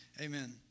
amen